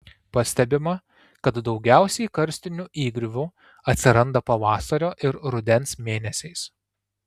pastebima kad daugiausiai karstinių įgriuvų atsiranda pavasario ir rudens mėnesiais